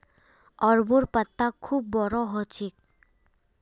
अरबोंर पत्ता खूब बोरो ह छेक